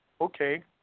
okay